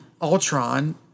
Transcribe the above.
Ultron